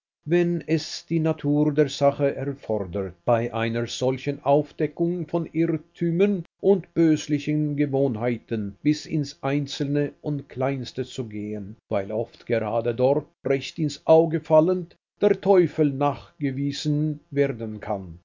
wenn es die natur der sache erfordert bei einer solchen aufdeckung von irrtümern und böslichen gewohnheiten bis ins einzelne und kleinste zu gehen weil oft gerade dort recht ins auge fallend der teufel nachgewiesen werden kann